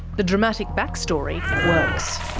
the dramatic backstory works.